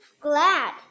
glad